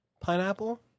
Pineapple